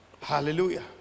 hallelujah